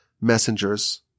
messengers